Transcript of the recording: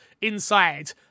Inside